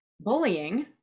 bullying